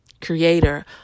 creator